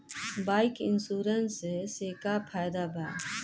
Bike insurance से का फायदा बा?